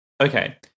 Okay